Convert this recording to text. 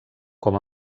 com